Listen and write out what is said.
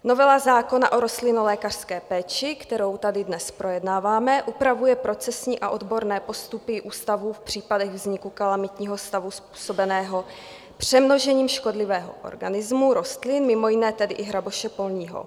Novela zákona o rostlinolékařské péči, kterou tady dnes projednáváme, upravuje procesní a odborné postupy ústavu v případech vzniku kalamitního stavu způsobeného přemnožením škodlivého organismu rostlin, mimo jiné tedy i hraboše polního.